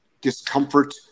discomfort